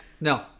No